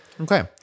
Okay